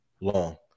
long